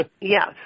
Yes